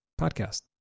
podcast